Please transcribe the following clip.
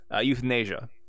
euthanasia